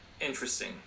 interesting